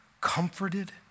comforted